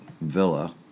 villa